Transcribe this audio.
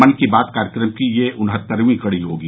मन की बात कार्यक्रम की यह उनहत्तरवीं कड़ी होगी